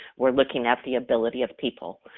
we're looking at the ability of people,